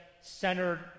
centered